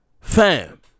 Fam